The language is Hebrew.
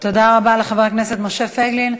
תודה רבה לחבר הכנסת משה פייגלין.